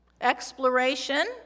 Exploration